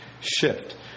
shift